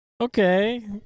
Okay